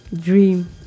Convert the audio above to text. dream